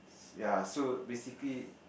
ya so basically